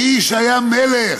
האיש היה מלך.